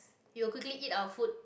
we will quickly eat our food